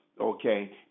Okay